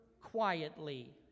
quietly